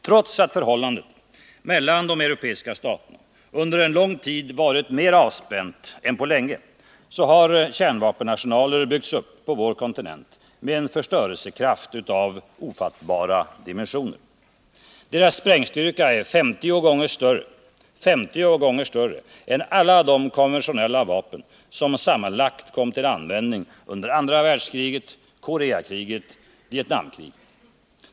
Trots att förhållandet mellan de europeiska staterna under en lång tid varit mera avspänt än på länge har kärnvapenarsenaler byggts upp på vår kontinent med en förstörelsekraft av ofattbara dimensioner. Deras sprängstyrka är 50 gånger större än alla de konventionella vapen som sammanlagt kom till användning under andra världskriget, Koreakriget och Vietnamkriget.